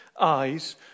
eyes